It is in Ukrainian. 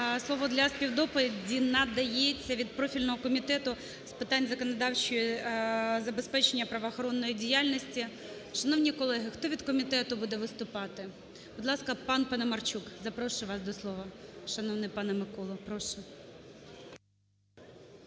Слово для співдоповіді надається від профільного Комітету з питань законодавчого забезпечення правоохоронної діяльності. Шановні колеги, хто від комітету буде виступати? Будь ласка, пан Паламарчук, запрошую вас до слова. Шановний пане Микола, прошу.